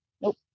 Nope